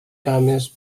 cames